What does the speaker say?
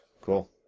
Cool